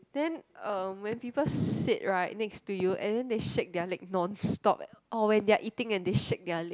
then um when people sit right next to you and then they shake their leg non stop or when they are eating and they shake their leg